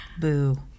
Boo